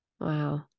wow